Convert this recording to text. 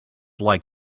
like